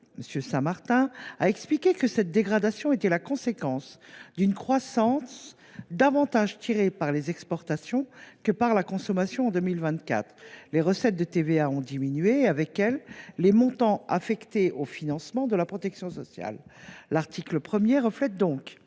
publics a expliqué que cette dégradation était la conséquence d’une croissance davantage tirée par les exportations que par la consommation en 2024. Les recettes de TVA ont diminué et, avec elles, les montants affectés au financement de la protection sociale. L’article 1 reflète donc